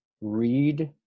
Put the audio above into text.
read